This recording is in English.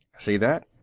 see that?